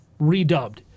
redubbed